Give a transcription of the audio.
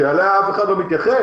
שאליה אף אחד לא מתייחס,